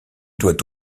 doit